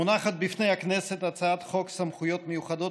מונחת בפני הכנסת הצעת חוק סמכויות מיוחדות